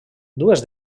dues